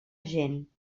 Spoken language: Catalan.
gent